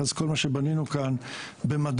כל מה שבנינו כאן במדע,